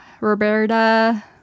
Roberta